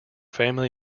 family